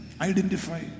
Identify